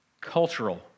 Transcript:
cultural